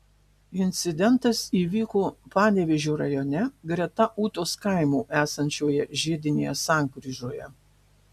incidentas įvyko panevėžio rajone greta ūtos kaimo esančioje žiedinėje sankryžoje